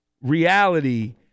reality